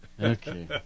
Okay